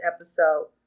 episode